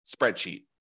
spreadsheet